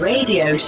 Radio